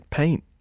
paint